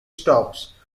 stops